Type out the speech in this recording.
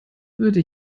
würde